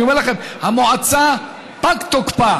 אני אומר לכם, המועצה, פג תוקפה